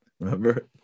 Remember